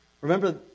Remember